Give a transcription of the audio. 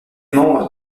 membre